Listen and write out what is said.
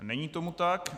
Není tomu tak.